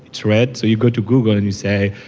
it's red, so you go to google and you say,